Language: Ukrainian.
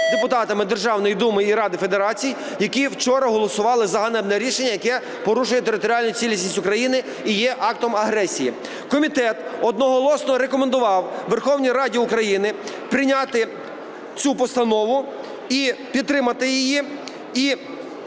депутатами Державної Думи і Ради Федерації, які вчора голосували за ганебне рішення, яке порушує територіальну цілісність України і є актом агресії. Комітет одноголосно рекомендував Верховній Раді України прийняти цю постанову і підтримати її.